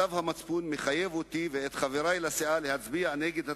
צו המצפון מחייב אותי ואת חברי לסיעה להצביע נגד התקציב,